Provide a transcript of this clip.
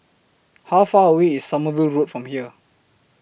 How Far away IS Sommerville Road from here